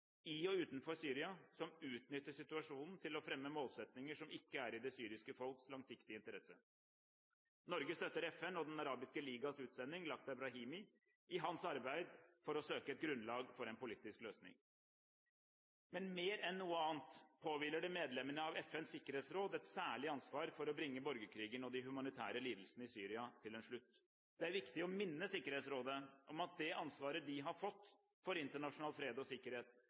i og utenfor Syria, som utnytter situasjonen til å fremme målsetninger som ikke er i det syriske folks langsiktige interesse. Norge støtter FNs og Den arabiske ligas utsending, Lakhdar Brahimi, i hans arbeid for å søke et grunnlag for en politisk løsning. Men mer enn noe annet påhviler det medlemmene av FNs sikkerhetsråd et særlig ansvar for å bringe borgerkrigen og de humanitære lidelsene i Syria til en slutt. Det er viktig å minne Sikkerhetsrådet om at det ansvaret de har fått for internasjonal fred og sikkerhet,